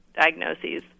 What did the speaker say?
diagnoses